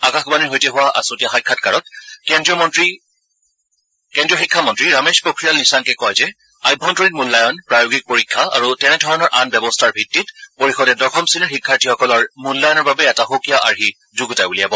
আকাশবাণীৰ সৈতে হোৱা আছুতীয়া সাক্ষাৎকাৰত কেন্দ্ৰীয় শিক্ষা মন্ত্ৰী ৰমেশ পোখৰিয়াল নিশাংকে কয় যে অভ্যন্তৰীণ মূল্যায়ণ প্ৰায়োগিক পৰীক্ষা আৰু তেনেধৰণৰ আন ব্যৱস্থাৰ ভিত্তিত পৰিষদে দশম শ্ৰেণীৰ শিক্ষাৰ্থীসকলৰ মূল্যায়ণৰ বাবে এটা সুকীয়া আৰ্হি যুণতাই উলিয়াব